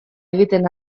egiten